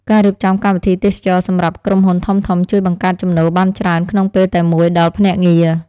ការរៀបចំកម្មវិធីទេសចរណ៍សម្រាប់ក្រុមហ៊ុនធំៗ ជួយបង្កើតចំណូលបានច្រើនក្នុងពេលតែមួយដល់ភ្នាក់ងារ។